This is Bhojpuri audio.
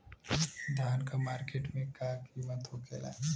धान क मार्केट में का कीमत होखेला?